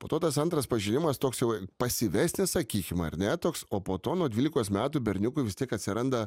po to tas antras pažinimas toks jau pasyvesnis sakykim ar ne toks o po to nuo dvylikos metų berniukui vis tiek atsiranda